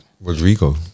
Rodrigo